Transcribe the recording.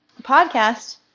podcast